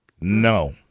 No